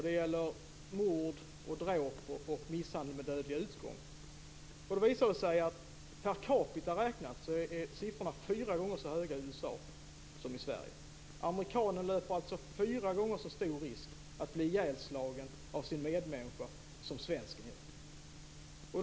Det gäller mord, dråp och misshandel med dödlig utgång. Då visar det sig att per capita är siffrorna fyra gånger så höga i USA som i Sverige. Amerikanen löper alltså fyra gånger så stor risk att bli ihjälslagen av sin medmänniska som svensken.